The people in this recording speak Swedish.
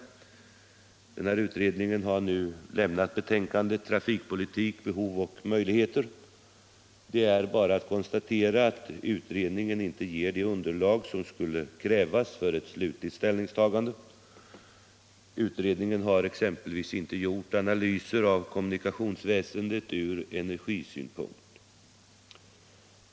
Denna utredning har nu lämnat betänkandet Trafikpolitik — behov och möjligheter. Det är bara att konstatera att utredningen inte. ger det underlag som skulle krävas för ett slutligt ställningstagande. Utredningen har ex empelvis inte gjort analyser av kommunikationsväsendet från energisynpunkt.